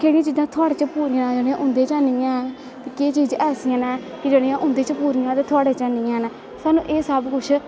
केह्ड़ियां चीजां पूरा थोआढ़े च उंदे चा नी हैन ते केह् चीजां ऐसियां नैं कि उंदे च पूरियां ते तोआड़े च नी हैन साह्नू एह् सब कुश